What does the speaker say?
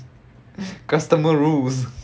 customer rules